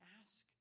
ask